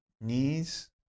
knees